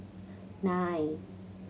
nine